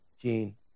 Gene